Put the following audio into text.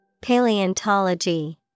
Paleontology